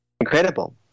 incredible